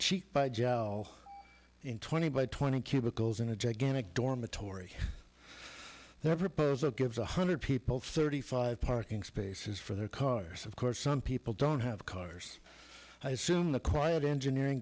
jowl in twenty by twenty cubicles in a gigantic dormitory their proposal gives one hundred people thirty five parking spaces for their cars of course some people don't have cars i assume the quiet engineering